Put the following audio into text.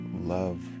love